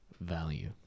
Value